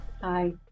Hi